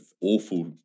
awful